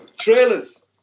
Trailers